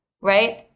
right